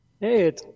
Hey